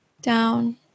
down